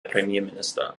premierminister